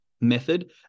method